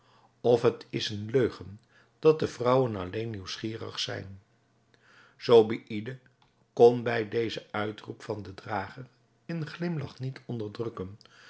of het is eene leugen dat de vrouwen alleen nieuwsgierig zijn zobeïde kon bij dezen uitroep van den drager een glimlach niet onderdrukken